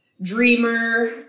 dreamer